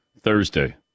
Thursday